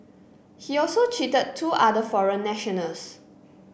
he also cheated two other foreign nationals